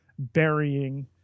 burying